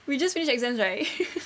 we just finished exams right